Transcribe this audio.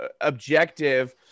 objective